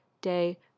day